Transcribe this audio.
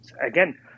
Again